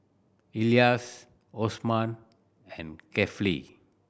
Elyas Osman and Kefli